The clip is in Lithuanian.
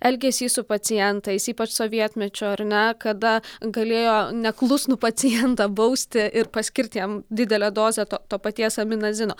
elgesys su pacientais ypač sovietmečiu ar ne kada galėjo neklusnų pacientą bausti ir paskirti jam didelę dozę to to paties aminazino